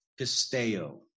pisteo